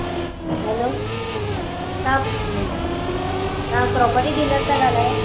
हलो तव्हां तव्हां property dealer था ॻाल्हायो